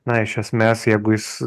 na iš esmės jeigu jis